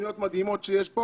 תוכניות מדהימות שיש פה